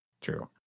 True